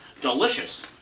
Delicious